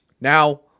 Now